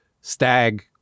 Stag